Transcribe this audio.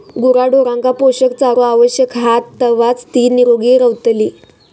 गुराढोरांका पोषक चारो आवश्यक हा तेव्हाच ती निरोगी रवतली